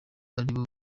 aribo